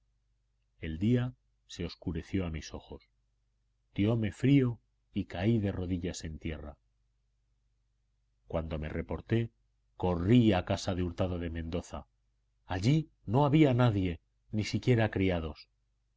el día se oscureció a mis ojos diome frío y caí de rodillas en tierra cuando me reporté corrí a casa de hurtado de mendoza allí no había nadie ni tan siquiera criados